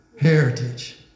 Heritage